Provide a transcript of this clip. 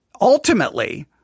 ultimately